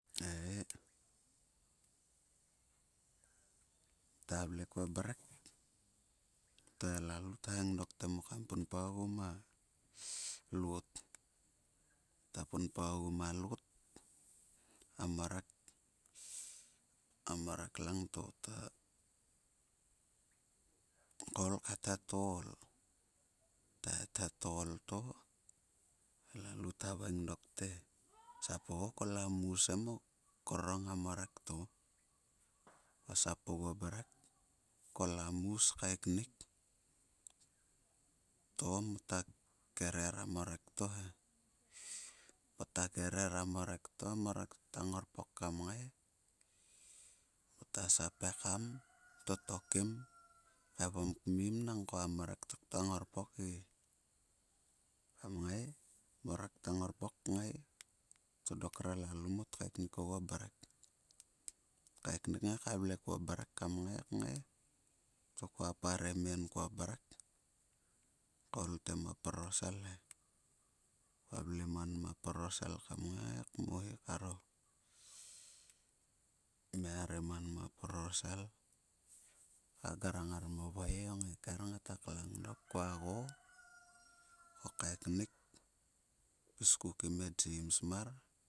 Ei kuua vle kuo mrek to e lalu thaveing dok kam punpa ogu ma look. Punpa ogu ma loot a morek. A morek langto thoul hethet o ol het he o ol to e lalu thaveing dok te "sap onguo kol a mus he korong a morek to." Kua sap oguo mrek ko i a mus to mota kerer a morek. Mota kerer a morek to he. A morek ta ngorpok mota sap ekam totok to hekim egom kmim nangko a morek tukta ngorpok ge kam ngai mot kaeknik ka vle kuo mrek kam ngai kngai to kua parem em kuo mrek koul te am proposel he. Kua vle man ma prorosel kua ngrang ngar mo vhoir o ngaiker ngata klhang dok kua go. Ko kaekrik kpis ku kim e jems mar.